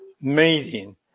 meeting